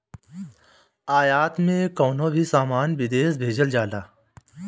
आयात में कवनो भी सामान विदेश भेजल जाला